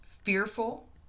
fearful